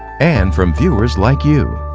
and from viewers like you.